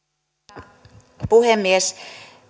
arvoisa puhemies